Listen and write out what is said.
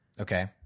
Okay